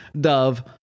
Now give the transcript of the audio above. dove